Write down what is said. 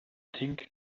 think